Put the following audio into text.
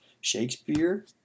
Shakespeare